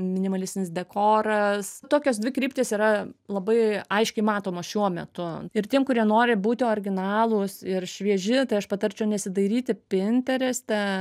minimalistinis dekoras tokios dvi kryptys yra labai aiškiai matomos šiuo metu ir tiem kurie nori būti originalūs ir švieži tai aš patarčiau nesidairyti pintereste